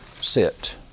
sit